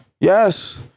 Yes